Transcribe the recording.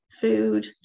food